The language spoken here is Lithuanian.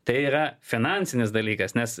tai yra finansinis dalykas nes